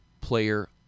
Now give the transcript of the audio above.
player